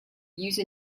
use